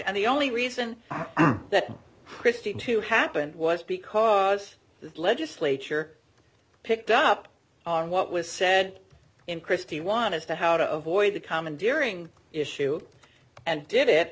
and the only reason that christine two happened was because the legislature picked up on what was said in christie one as to how to avoid the commandeering issue and did it